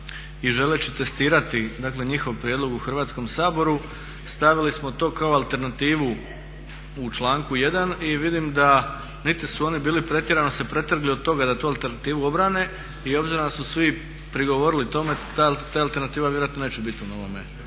i želeći testirati njihov prijedlog u Hrvatskom saboru stavili smo to kao alternativu u članku 1.i vidim da niti su oni bili pretjerano se pretrgli od toga da tu alternativu obrane i obzirom da su svi prigovorili tome te alternative vjerojatno neće biti u novome